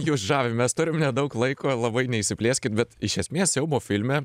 jus žavi mes turim nedaug laiko labai neišsiplėskit bet iš esmės siaubo filme